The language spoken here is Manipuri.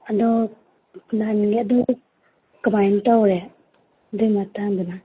ꯑꯗꯣ ꯅꯍꯥꯟꯒꯤ ꯑꯗꯨ ꯀꯃꯥꯏꯅ ꯇꯧꯔꯦ ꯑꯗꯨꯏ ꯃꯇꯥꯡꯗꯨꯅ